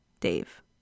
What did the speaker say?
Dave